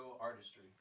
artistry